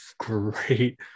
great